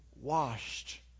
washed